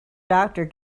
doctor